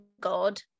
God